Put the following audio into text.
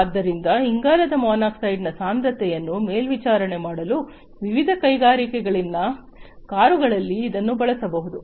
ಆದ್ದರಿಂದ ಇಂಗಾಲದ ಮಾನಾಕ್ಸೈಡ್ನ ಸಾಂದ್ರತೆಯನ್ನು ಮೇಲ್ವಿಚಾರಣೆ ಮಾಡಲು ವಿವಿಧ ಕೈಗಾರಿಕೆಗಳಲ್ಲಿನ ಕಾರುಗಳಲ್ಲಿ ಇದನ್ನು ಬಳಸಬಹುದು